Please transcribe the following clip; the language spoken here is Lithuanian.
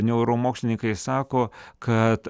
neuromokslininkai sako kad